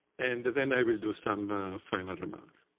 and then i will do some final remarks.